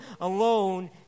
alone